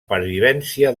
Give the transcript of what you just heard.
pervivència